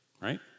right